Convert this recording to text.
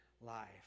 life